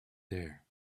there